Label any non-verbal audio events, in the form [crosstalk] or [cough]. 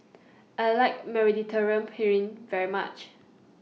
I like [unintelligible] very much